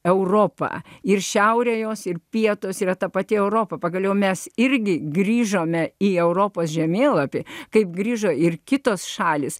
europa ir šiaurę jos ir pietūs yra ta pati europa pagaliau mes irgi grįžome į europos žemėlapį kaip grįžo ir kitos šalys